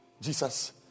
Jesus